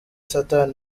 satan